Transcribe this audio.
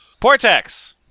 portex